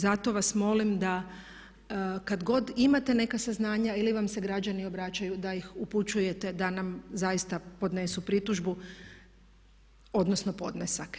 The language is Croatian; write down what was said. Zato vas molim da kad god imate neka saznanja ili vam se građani obraćaju da ih upućujete da nam zaista podnesu pritužbu, odnosno podnesak.